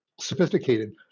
sophisticated